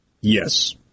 Yes